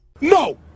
No